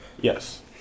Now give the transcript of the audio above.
Yes